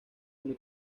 muy